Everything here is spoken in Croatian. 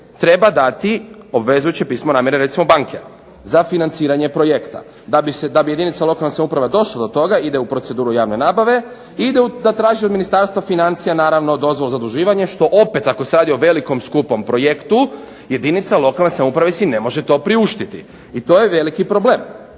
treba dati obvezujuće pismo namjere recimo banke za financiranje projekta, da bi jedinica lokalne samouprave došla do toga, ide u proceduru javne nabave, i da traži od Ministarstva financija naravno dozvolu za zaduživanje, što opet ako se radi o velikom skupom projektu jedinica lokalne samouprave si ne može to priuštiti, i to je veliki problem.